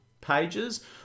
pages